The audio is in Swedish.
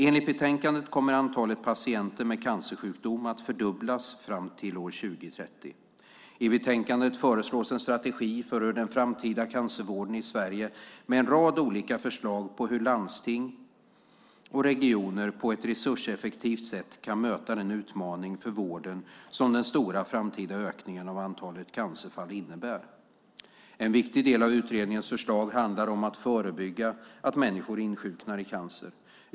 Enligt betänkandet kommer antalet patienter med cancersjukdom att fördubblas fram till år 2030. I betänkandet föreslås en strategi för den framtida cancervården i Sverige med en rad olika förslag på hur landsting och regioner på ett resurseffektivt sätt kan möta den utmaning för vården som den stora framtida ökningen av antalet cancerfall innebär. En viktig del av utredningens förslag handlar om att förebygga att människor insjuknar i cancer.